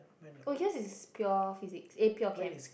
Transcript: oh yours is pure physics eh pure chem